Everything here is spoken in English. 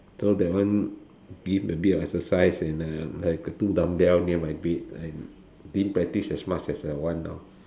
so that one give a bit of exercise and uh I got two dumbbell near my bed and did practice as much as I want now